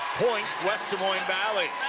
point, west des moines valley.